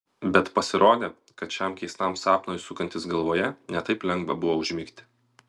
bet pasirodė kad šiam keistam sapnui sukantis galvoje ne taip lengva buvo užmigti